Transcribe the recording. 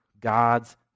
God's